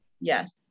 yes